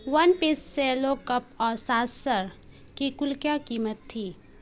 one piece Cello cup اور saucer کی کل کیا قیمت تھی